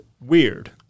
weird